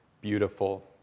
beautiful